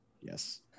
Yes